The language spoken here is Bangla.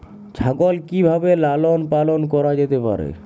ছাগল কি ভাবে লালন পালন করা যেতে পারে?